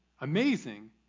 amazing